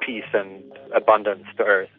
peace and abundance to earth.